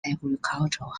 agricultural